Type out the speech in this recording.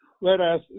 Whereas